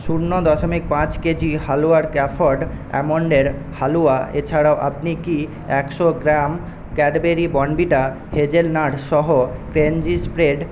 শূন্য দশমিক পাঁচ কেজি হালুয়ার ক্যাফর্ড অ্যামন্ডের হালুয়া এছাড়াও আপনি কি একশো গ্রাম ক্যাডবেরি বর্নভিটা হেজেলনাট সহ ক্রাঞ্চি স্প্রেড